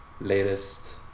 latest